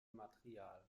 material